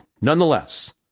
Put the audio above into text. nonetheless